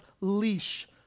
leash